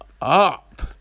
up